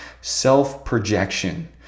Self-projection